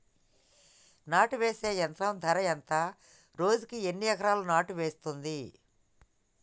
నాటు వేసే యంత్రం ధర ఎంత రోజుకి ఎన్ని ఎకరాలు నాటు వేస్తుంది?